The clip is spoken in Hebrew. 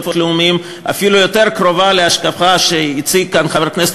הלאומיים אפילו יותר קרובה להשקפה שהציג כאן חבר הכנסת